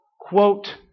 quote